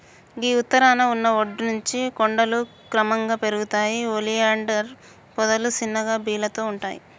గీ ఉత్తరాన ఉన్న ఒడ్డు నుంచి కొండలు క్రమంగా పెరుగుతాయి ఒలియాండర్ పొదలు సిన్న బీలతో ఉంటాయి